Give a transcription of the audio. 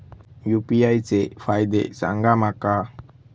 UPI चे फायदे सांगा माका?